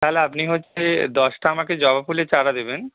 তাহলে আপনি হচ্ছে দশটা আমাকে জবা ফুলের চারা দেবেন